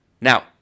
Now